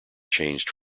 changed